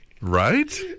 right